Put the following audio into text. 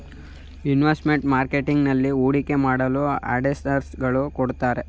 investment marketing ನಲ್ಲಿ ಹೂಡಿಕೆ ಮಾಡಲು ಅಡ್ವೈಸರ್ಸ್ ಗಳು ಕೊಡುತ್ತಾರೆ